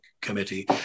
Committee